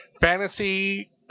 Fantasy